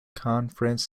conference